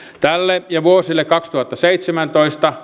tälle ja vuosille kaksituhattaseitsemäntoista